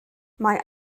mae